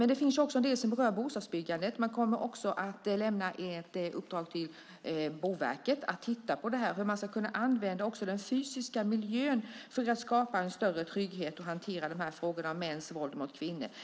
Men det finns också en del som berör bostadsbyggandet. Man kommer också att lämna ett uppdrag till Boverket att titta på detta och hur man ska kunna använda också den fysiska miljön för att skapa en större trygghet och hantera dessa frågor om mäns våld mot kvinnor.